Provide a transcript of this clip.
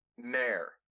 Nair